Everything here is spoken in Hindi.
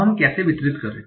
अब हम कैसे वितरित करें